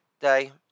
day